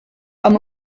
amb